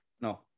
No